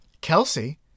Kelsey